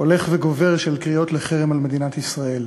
הולך וגובר של קריאות לחרם על מדינת ישראל.